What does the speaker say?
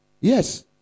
Yes